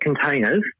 containers